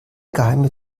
geheime